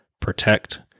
protect